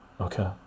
okay